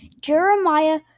Jeremiah